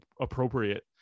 appropriate